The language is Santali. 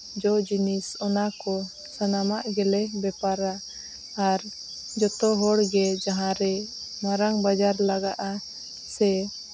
ᱡᱚ ᱡᱤᱱᱤᱥ ᱚᱱᱟ ᱠᱚ ᱥᱟᱱᱟᱢᱟᱜ ᱜᱮᱞᱮ ᱵᱮᱯᱟᱨᱟ ᱟᱨ ᱡᱚᱛᱚ ᱦᱚᱲ ᱜᱮ ᱡᱟᱦᱟᱸ ᱨᱮ ᱢᱟᱨᱟᱝ ᱵᱟᱡᱟᱨ ᱞᱟᱜᱟᱜᱼᱟ ᱥᱮ